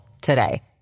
today